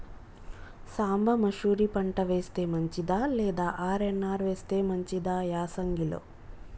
సాంబ మషూరి పంట వేస్తే మంచిదా లేదా ఆర్.ఎన్.ఆర్ వేస్తే మంచిదా యాసంగి లో?